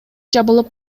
жабылып